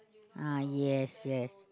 ah yes yes